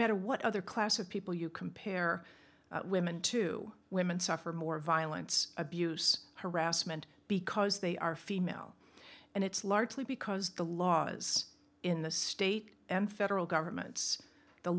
matter what other class of people you compare women to women suffer more violence abuse harassment because they are female and it's largely because the laws in the state and federal governments the